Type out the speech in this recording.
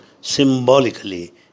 symbolically